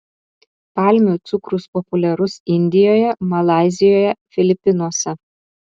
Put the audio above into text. palmių cukrus populiarus indijoje malaizijoje filipinuose